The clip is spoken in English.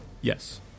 Yes